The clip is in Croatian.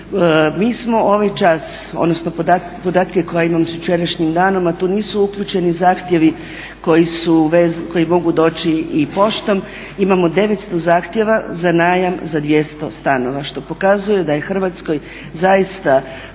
Mi smo ovaj čas odnosno podatke koje imam s jučerašnjim danom, a tu nisu uključeni zahtjevi koji mogu doći i poštom, imamo 900 zahtjeva za najam za 200 stanova što pokazuje da je u Hrvatskoj zaista